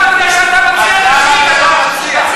אתה אומר דברים נכונים ומכניס דברים לא נכונים.